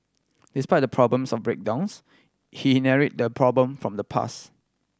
despite the problems of breakdowns he inherit the problem from the pass